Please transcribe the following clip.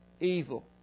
evil